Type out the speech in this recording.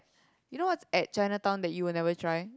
you know what's at Chinatown that you will never try